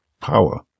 power